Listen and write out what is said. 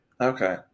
Okay